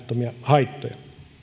haittoja